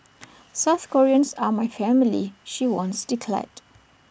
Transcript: South Koreans are my family she once declared